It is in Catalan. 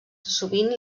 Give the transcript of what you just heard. sovint